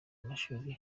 amashuri